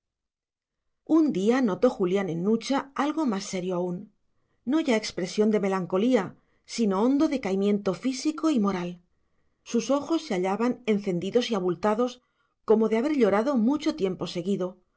un día notó julián en nucha algo más serio aún no ya expresión de melancolía sino hondo decaimiento físico y moral sus ojos se hallaban encendidos y abultados como de haber llorado mucho tiempo seguido su